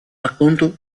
racconto